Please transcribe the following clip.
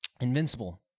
Invincible